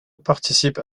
participe